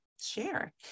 share